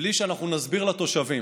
בלי שאנחנו נסביר לתושבים.